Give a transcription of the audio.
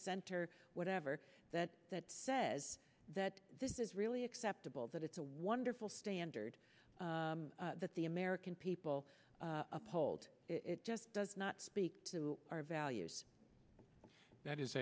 center whatever that that says that this is really acceptable that it's a wonderful standard that the american people uphold it just does not speak to our values that is